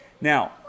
Now